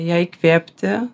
ją įkvėpti